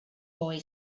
boy